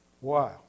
wow